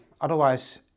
Otherwise